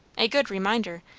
a good reminder!